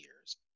years